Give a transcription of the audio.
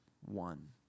one